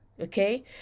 Okay